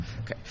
Okay